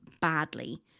badly